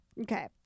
Okay